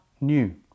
new